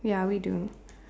ya we don't